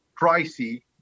pricey